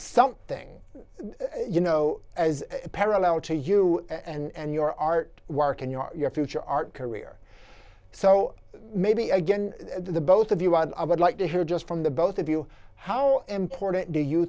something you know as a parallel to you and your art work and your future art career so maybe again the both of you i would like to hear just from the both of you how important do you